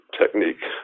technique